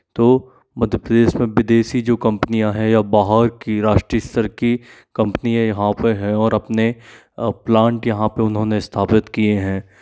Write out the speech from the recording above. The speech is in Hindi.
तो मध्य प्रदेश में विदेशी जो कम्पनियाँ हैं या बाहर की राष्ट्रीय स्तर की कम्पनियाँ यहाँ पर हैं और अपने प्लांट यहाँ पर उन्होंने स्थापित किए हैं